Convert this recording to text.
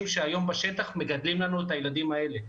שהיום בשטח מגדלים לנו את הילדים האלה.